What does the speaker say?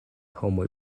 homoj